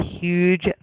huge